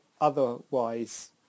otherwise